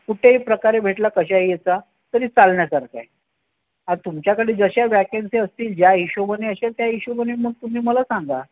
कुठंहीप्रकारे भेटला कशाही याचा तरी चालण्यासारखं आहे आता तुमच्याकडे जशा वॅकन्सी असतील ज्या हिशेबाने असेल त्या हिशेबाने मग तुम्ही मला सांगा